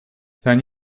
then